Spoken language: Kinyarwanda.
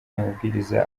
amabwiriza